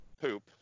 poop